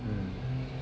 mm